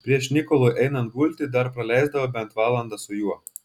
prieš nikolui einant gulti dar praleisdavo bent valandą su juo